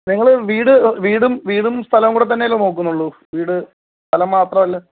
നിങ്ങള് വീട് വീടും വീടും സ്ഥലവും കൂടെ തന്നെയല്ലേ നോക്കുന്നുള്ളൂ വീട് സ്ഥലം മാത്രം അല്ല